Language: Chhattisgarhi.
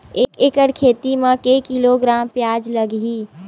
एक एकड़ खेती म के किलोग्राम प्याज लग ही?